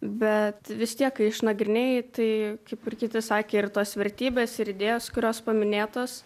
bet vis tiek kai išnagrinėji tai kaip ir kiti sakė ir tos vertybės ir idėjos kurios paminėtos